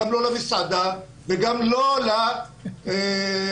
גם לא למסעדה וגם לא לדוכן.